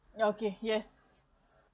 ya okay yes